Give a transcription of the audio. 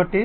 కాబట్టి